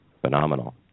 phenomenal